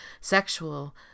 sexual